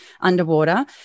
underwater